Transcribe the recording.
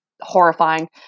horrifying